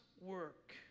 work